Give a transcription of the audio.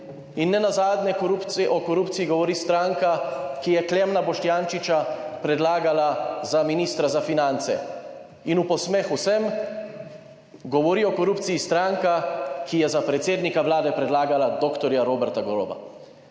in nenazadnje o korupciji govori stranka, ki je Klemna Boštjančiča predlagala za ministra za finance. V posmeh vsem govori o korupciji stranka, ki je za predsednika Vlade predlagala dr. Roberta Goloba.